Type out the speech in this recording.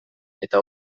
eta